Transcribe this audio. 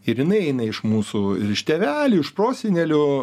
ir jinai eina iš mūsų ir iš tėvelių iš prosenelių